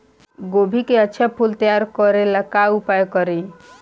गोभी के अच्छा फूल तैयार करे ला का उपाय करी?